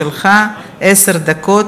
ולכן זה עובר לוועדת החינוך.